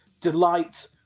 delight